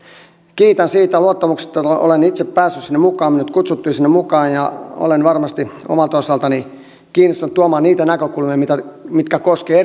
kiitän siitä luottamuksesta että olen itse päässyt sinne mukaan minut kutsuttiin sinne mukaan ja olen varmasti omalta osaltani kiinnostunut tuomaan niitä näkökulmia mitkä mitkä koskevat